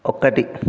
ఒకటి